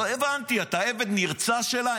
לא הבנתי, אתה עבד נרצע שלה?